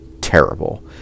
terrible